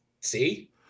see